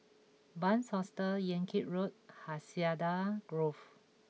Bunc Hostel Yan Kit Road and Hacienda Grove